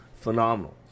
phenomenal